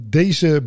Deze